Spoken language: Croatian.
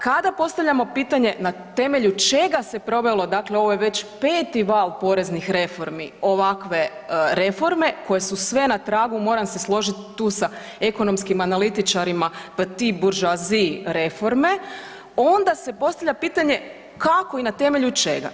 Kada postavljamo pitanje na temelju čega se provelo, dakle ovo je već 5. val poreznih reformi ovakve reforme koje su sve na tragu, moram se složiti tu sa ekonomskim analitičarima … reforme, onda se postavlja pitanje kako i na temelju čega.